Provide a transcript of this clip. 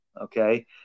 Okay